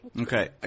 Okay